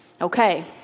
okay